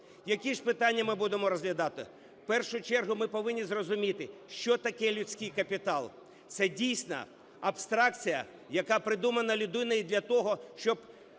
Які ж питання ми будемо розглядати? В першу чергу ми повинні зрозуміти, що таке людський капітал. Це дійсно абстракція, яка придумана людиною для того, щоб